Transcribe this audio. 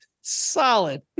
solid